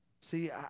See